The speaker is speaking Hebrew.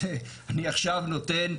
אני עכשיו נותן,